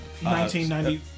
1990